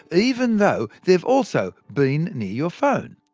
even though they've also been near your phone.